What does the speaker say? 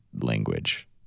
language